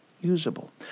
usable